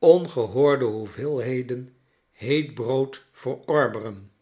ongehoorde hoeveelheden heet brood verorberen